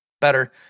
better